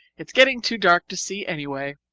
it's getting too dark to see anyway,